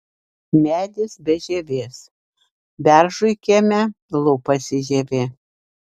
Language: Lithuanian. medis be žievės beržui kieme lupasi žievė